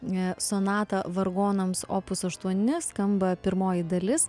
ne sonatą vargonams opus aštuonis skamba pirmoji dalis